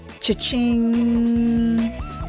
Cha-ching